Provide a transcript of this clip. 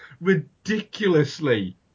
ridiculously